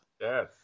Yes